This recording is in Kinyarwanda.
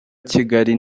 kigali